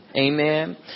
Amen